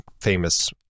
famous